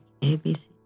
ABC